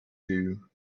two